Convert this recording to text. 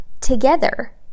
together